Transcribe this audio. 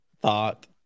thought